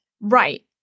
right